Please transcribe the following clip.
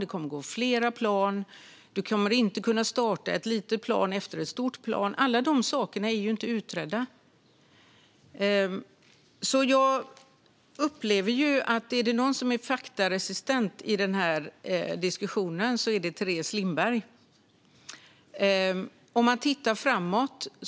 Det kommer att gå flera plan. Man kommer inte att kunna starta ett litet plan efter ett stort plan. Alla de sakerna är inte utredda. Är det någon som är faktaresistent i denna diskussion är det Teres Lindberg - så upplever jag det. Vi kan titta framåt.